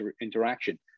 interaction